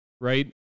right